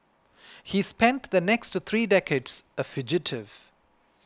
he spent the next three decades a fugitive